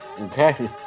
Okay